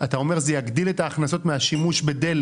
אז אתה בעצם אומר שזה יגדיל את ההכנסות מהשימוש בדלק.